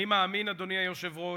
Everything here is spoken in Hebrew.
אני מאמין, אדוני היושב-ראש,